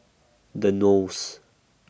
The Knolls